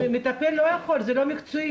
המטפל לא יכול לדבר, זה לא מקצועי.